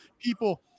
people